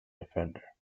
defender